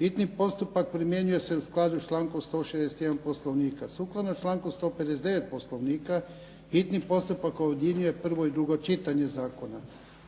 Hitni postupak primjenjuje se u skladu sa člankom 161. Poslovnika. Sukladno članku 159. Poslovnika, hitni postupak objedinjuje prvo i drugo čitanje zakona.